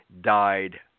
died